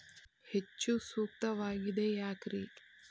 ಹೆಚ್ಚು ಸೂಕ್ತವಾಗಿದೆ ಯಾಕ್ರಿ?